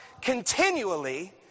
continually